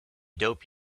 dope